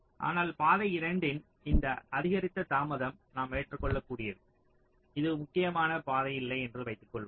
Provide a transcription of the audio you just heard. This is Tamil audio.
ஆனால் பாதை 2 இன் இந்த அதிகரித்த தாமதம் நாம் ஏற்றுக்கொள்ளக்கூடியது இது முக்கியமான பாதை இல்லை என்று வைத்துக்கொள்வோம்